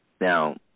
Now